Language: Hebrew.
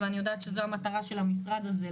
ואני יודעת שזו המטרה של המשרד הזה,